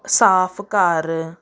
ਸਾਫ਼ ਘਰ